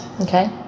okay